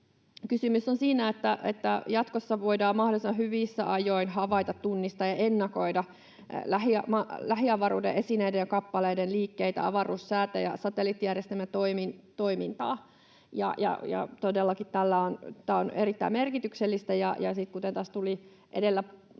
Kysymys on siitä, että jatkossa voidaan mahdollisimman hyvissä ajoin havaita, tunnistaa ja ennakoida lähiavaruuden esineiden ja kappaleiden liikkeitä, avaruussäätä ja satelliittijärjestelmien toimintaa. Todellakin tämä on erittäin merkityksellistä, ja kuten tässä tuli edellä